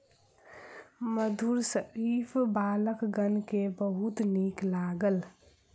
मधुर शरीफा बालकगण के बहुत नीक लागल